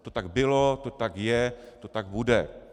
To tak bylo, to tak je, to tak bude.